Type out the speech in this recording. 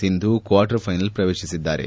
Sindhu quarter finals ಪ್ರವೇಶಿಸಿದ್ದಾರೆ